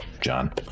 John